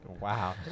Wow